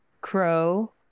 Crow